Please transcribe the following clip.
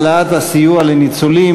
העלאת הסיוע לניצולים,